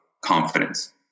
confidence